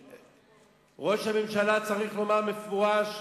ראש הממשלה צריך לומר במפורש,